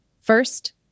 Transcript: First